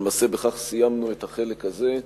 ולמעשה בכך סיימנו את החלק הזה,